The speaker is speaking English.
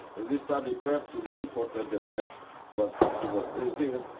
and we start repair to the importer the bags what he was bringing.